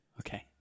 Okay